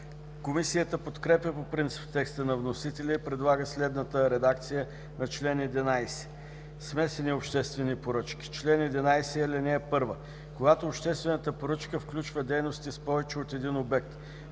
Комисията подкрепя по принцип текста на вносителя и предлага следната редакция на чл. 11: „Смесени обществени поръчки Чл. 11. (1) Когато обществената поръчка включва дейности с повече от един обект